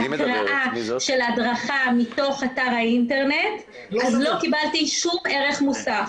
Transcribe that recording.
הקראה של הדרכה מתוך אתר האינטרנט אז לא קיבלתי שום ערך מוסף.